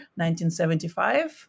1975